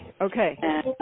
Okay